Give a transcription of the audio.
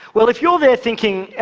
well, if you're there thinking,